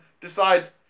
decides